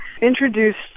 introduced